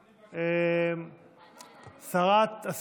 מס' 2073, 2075, 2083 ו-2143.